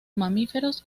mamíferos